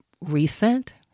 recent